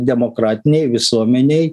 demokratinei visuomenei